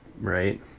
right